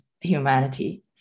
humanity